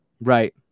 Right